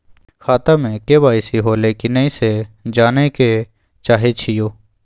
खाता में के.वाई.सी होलै की नय से जानय के चाहेछि यो?